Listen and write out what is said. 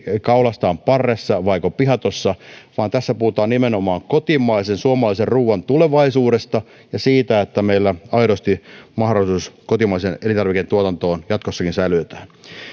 kaulastaan parressa vaiko pihatossa vaan tässä puhutaan nimenomaan kotimaisen suomalaisen ruuan tulevaisuudesta ja siitä että meillä aidosti mahdollisuus kotimaiseen elintarviketuotantoon jatkossakin säilytetään